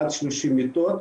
עד 30 מיטות.